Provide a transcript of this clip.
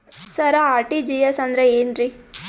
ಸರ RTGS ಅಂದ್ರ ಏನ್ರೀ?